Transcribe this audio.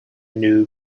new